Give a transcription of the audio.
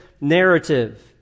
narrative